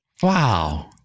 Wow